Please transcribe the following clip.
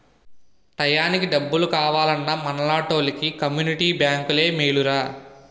టయానికి డబ్బు కావాలన్నా మనలాంటోలికి కమ్మునిటీ బేంకులే మేలురా